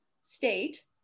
state